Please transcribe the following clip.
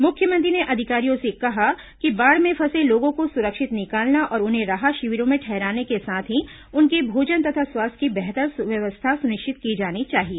मुख्यमंत्री ने अधिकारियों से कहा कि बाढ़ में फंसे लोगों को सुरक्षित निकालना और उन्हें राहत शिविरों में ठहराने के साथ ही उनके भोजन तथा स्वास्थ्य की बेहतर व्यवस्था सुनिश्चित की जानी चाहिए